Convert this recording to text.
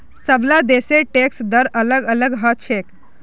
सबला देशेर टैक्स दर अलग अलग ह छेक